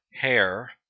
hair